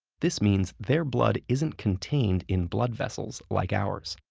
this means their blood isn't contained in blood vessels, like ours.